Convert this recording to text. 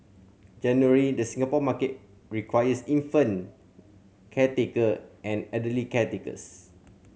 generally the Singapore market requires infant caretaker and elderly caretakers